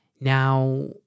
Now